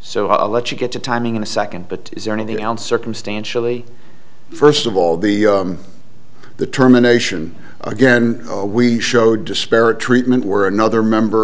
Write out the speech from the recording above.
so i'll let you get to timing in a second but is there anything else circumstantially first of all the the term a nation again we showed disparate treatment where another member